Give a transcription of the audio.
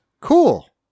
Cool